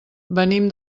venim